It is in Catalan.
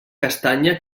castanya